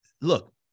look